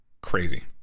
Crazy